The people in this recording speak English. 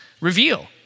reveal